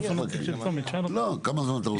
כמה זמן אתה רוצה?